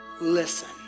listen